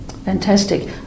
Fantastic